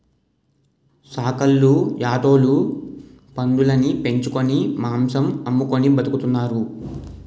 సాకల్లు యాటోలు పందులుని పెంచుకొని మాంసం అమ్ముకొని బతుకుతున్నారు